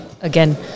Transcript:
again